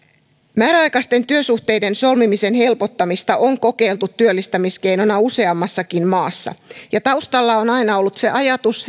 määräaikaisten työsuhteiden solmimisen helpottamista on kokeiltu työllistämiskeinona useammassakin maassa ja taustalla on aina ollut se ajatus